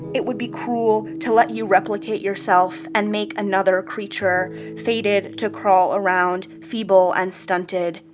it would be cruel to let you replicate yourself and make another creature fated to crawl around feeble and stunted,